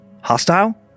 hostile